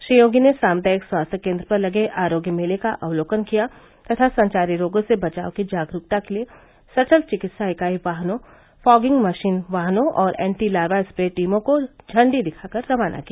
श्री योगी ने सामुदायिक स्वास्थ्य केन्द्र पर लगे आरोग्य मेले का अवलोकन किया तथा संचारी रोगों से बचाव की जागरूकता के लिये सचल चिकित्सा इकाई वाहनों फॉगिंग मशीन वाहनों और एटी लार्वा स्प्रे टीमों को झंडी दिखाकर रवाना किया